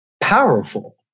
powerful